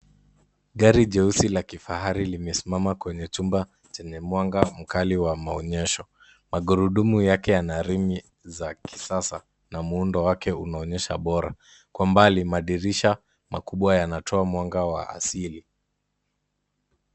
Gari jeusi la kifahari limesimama kwenye chumba chenye mwanga mkali wa maonyesho. Magurudumu yake yana ringi za kisasa na muundo wake unaonyesha bora. Kwa mbali madirisha makubwa yanatoa mwanga wa asili.